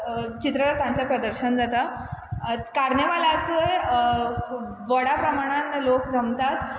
चित्ररथांचे प्रदर्शन जाता कार्नवालाकूय व्हडा प्रमाणान लोक जमतात